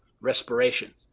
respiration